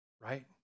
right